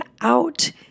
out